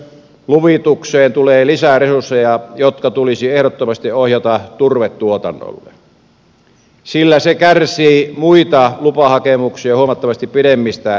ympäristöluvitukseen tulee lisää resursseja jotka tulisi ehdottomasti ohjata turvetuotannolle sillä se kärsii muita lupahakemuksia huomattavasti pidemmistä käsittelyajoista